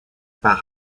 par